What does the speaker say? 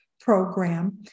program